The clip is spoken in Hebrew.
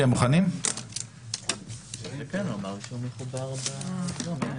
התשפ"א-2021, עמק חפר אושרה.